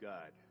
God